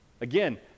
Again